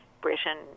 Britain